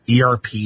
ERP